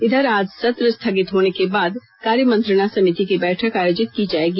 इधर आज सत्र स्थगित होने के बाद कार्यमंत्रणा समिति की बैठक आयोजित की जायेगी